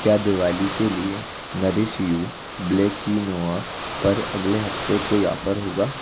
क्या दिवाली के लिए नरिश यू ब्लैक क्विनोआ पर अगले हफ्ते कोई ऑफर होगा